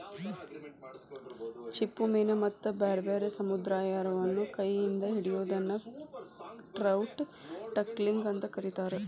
ಚಿಪ್ಪುಮೇನ ಮತ್ತ ಬ್ಯಾರ್ಬ್ಯಾರೇ ಸಮುದ್ರಾಹಾರವನ್ನ ಕೈ ಇಂದ ಹಿಡಿಯೋದನ್ನ ಟ್ರೌಟ್ ಟಕ್ಲಿಂಗ್ ಅಂತ ಕರೇತಾರ